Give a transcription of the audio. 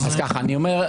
אני רק אומר.